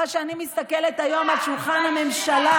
אבל כשאני מסתכלת היום על שולחן הממשלה,